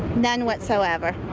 none whatsoever.